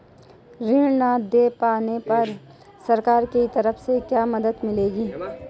ऋण न दें पाने पर सरकार की तरफ से क्या मदद मिलेगी?